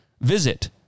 Visit